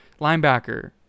linebacker